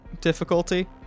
difficulty